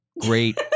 great